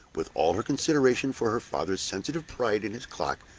with all her consideration for her father's sensitive pride in his clock,